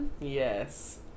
Yes